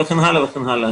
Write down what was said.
וכן הלאה וכן הלאה.